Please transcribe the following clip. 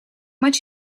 much